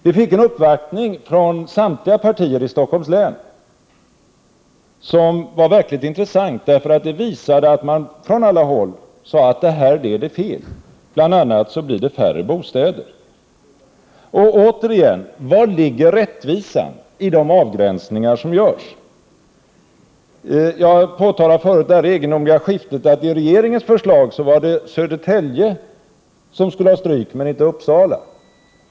Vi tog emot en uppvaktning från samtliga partier i Stockholms kommun som var verkligt intressant. Den visade att man från alla håll ansåg att detta kommer att leda fel, bl.a. blir det färre bostäder. Jag undrar återigen: var ligger rättvisan i de avgränsningar som görs? Jag påtalade tidigare det här egendomliga skiftet, att det enligt regeringens förslag är Södertälje som skulle ta stryk men inte Uppsala.